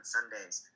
Sundays